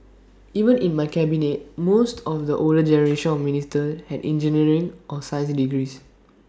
even in my cabinet most of the older generation of ministers had engineering or science degrees